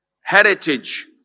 heritage